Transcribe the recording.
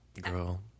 Girl